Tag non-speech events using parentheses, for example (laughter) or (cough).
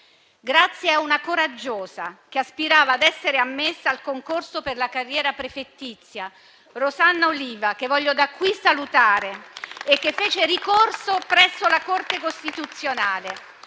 Grazie a una coraggiosa, che aspirava a essere ammessa al concorso per la carriera prefettizia, Rosanna Oliva, che voglio da qui salutare, (applause) e che fece ricorso presso la Corte costituzionale,